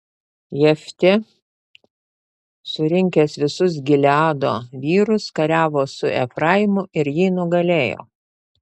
jeftė surinkęs visus gileado vyrus kariavo su efraimu ir jį nugalėjo